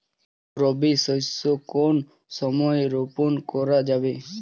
রবি শস্য কোন সময় রোপন করা যাবে?